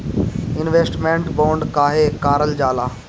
Investment bond काहे कारल जाला?